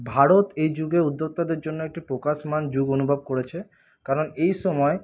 ভারত এই যুগে উদ্যোক্তাদের জন্য একটি প্রকাশমান যুগ অনুভব করেছে কারণ এই সময়